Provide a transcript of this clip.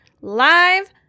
live